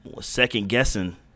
second-guessing